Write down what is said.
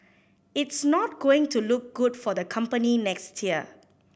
it's not going to look good for the company next year